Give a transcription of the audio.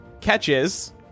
Catches